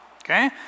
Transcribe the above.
Okay